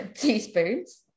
teaspoons